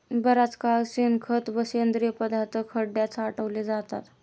बराच काळ शेणखत व सेंद्रिय पदार्थ खड्यात साठवले जातात